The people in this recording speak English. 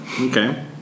Okay